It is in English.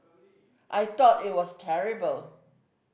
I thought it was terrible